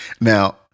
now